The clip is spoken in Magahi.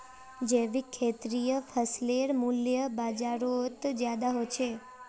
जैविक खेतीर फसलेर मूल्य बजारोत ज्यादा होचे